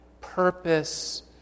purpose